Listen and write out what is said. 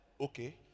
Okay